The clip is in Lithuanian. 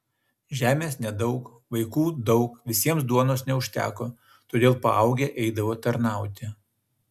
žemės nedaug vaikų daug visiems duonos neužteko todėl paaugę eidavo tarnauti